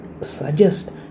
suggest